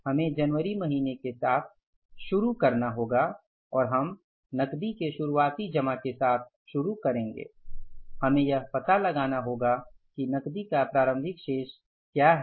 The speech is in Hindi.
हमें जनवरी महीने के साथ शुरू करना होगा और हम नकदी के शुरुआती जमा के साथ शुरू करेंगे हमें यह पता लगाना होगा कि नकदी का प्रारंभिक शेष क्या है